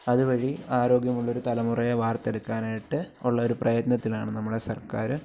അതുവഴി ആരോഗ്യമുള്ളൊരു തലമുറയെ വാര്ത്തെടുക്കാനായിട്ട് ഉള്ളൊരു പ്രയത്നത്തിലാണ് നമ്മുടെ സര്ക്കാർ